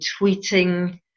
tweeting